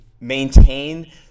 maintain